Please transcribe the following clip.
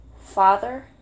Father